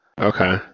Okay